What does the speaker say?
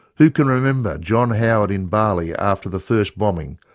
who can remember john howard in bali after the first bombing,